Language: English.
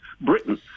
britain